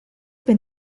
been